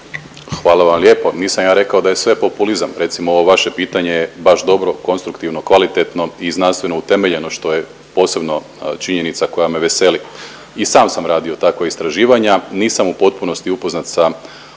Hvala vam lijepo. Nisam ja rekao da je sve populizam, recimo ovo vaše pitanje je baš dobro, konstruktivno, kvalitetno i znanstveno utemeljeno, što je posebno činjenica koja me veseli. I sam sam radio takva istraživanja, nisam u potpunosti upoznat sa